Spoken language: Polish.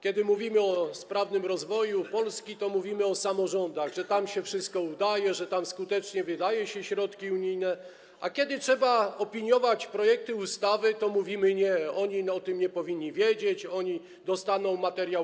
Kiedy mówimy o sprawnym rozwoju Polski, to mówimy o samorządach, że tam się wszystko udaje, że tam skutecznie wydaje się środki unijne, a kiedy trzeba opiniować projekty ustaw, to mówimy: nie, oni o tym nie powinni wiedzieć, oni dostaną gotowy materiał.